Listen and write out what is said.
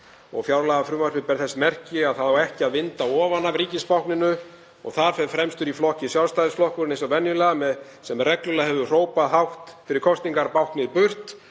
Fjárlagafrumvarpið ber þess merki að það á ekki að vinda ofan af ríkisbákninu og þar fer fremstur í flokki Sjálfstæðisflokkurinn eins og venjulega, sem reglulega hefur hrópað hátt fyrir kosningar: Báknið burt.